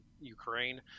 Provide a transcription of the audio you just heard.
Ukraine